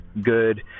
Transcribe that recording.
good